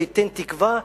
שייתן תקווה,